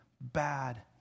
bad